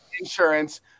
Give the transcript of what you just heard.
insurance